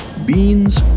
Beans